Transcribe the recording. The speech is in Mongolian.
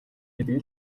гэдэг